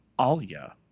Alia